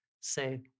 say